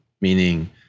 meaning